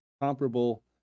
comparable